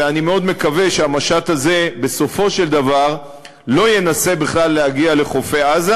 ואני מאוד מקווה שהמשט הזה בסופו של דבר לא ינסה בכלל להגיע לחופי עזה,